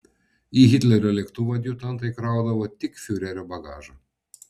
į hitlerio lėktuvą adjutantai kraudavo tik fiurerio bagažą